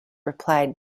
replied